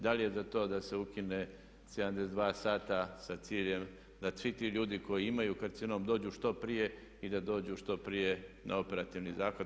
Da li je za to da se ukine 72 sata sa ciljem da svi ti ljudi koji imaju karcinom dođu što prije i da dođu što prije na operativni zahvat.